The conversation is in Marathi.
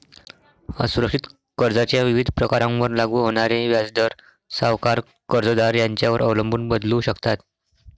असुरक्षित कर्जाच्या विविध प्रकारांवर लागू होणारे व्याजदर सावकार, कर्जदार यांच्यावर अवलंबून बदलू शकतात